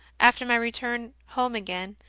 after my return home again,